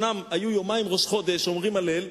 אומנם היו יומיים ראש חודש שאומרים הלל,